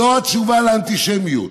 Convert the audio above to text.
זאת התשובה על האנטישמיות.